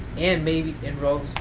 and maybe enrolled.